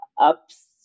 ups